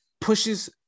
pushes